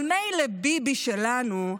אבל מילא ביבי שלנו,